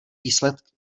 výsledky